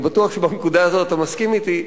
כן, אני בטוח שבנקודה הזאת אתה מסכים אתי.